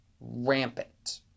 rampant